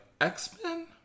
X-Men